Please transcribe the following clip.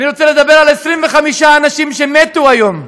אני רוצה לדבר על 25 אנשים שמתו היום,